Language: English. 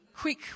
Quick